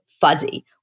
fuzzy